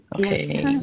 Okay